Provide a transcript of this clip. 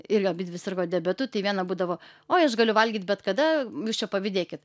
irgi abidvi sirgo diabetu tai viena būdavo oi aš galiu valgyt bet kada jūs čia pavydėkit